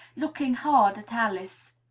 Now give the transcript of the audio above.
looking hard at alice.